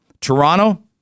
Toronto